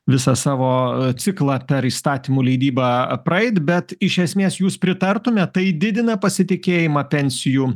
visą savo ciklą per įstatymų leidybą praeit bet iš esmės jūs pritartumėt tai didina pasitikėjimą pensijų